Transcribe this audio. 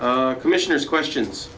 by commissioners questions